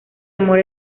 amor